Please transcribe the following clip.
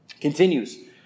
Continues